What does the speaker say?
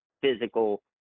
physical